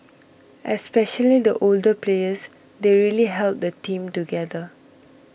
especially the older players they really held the team together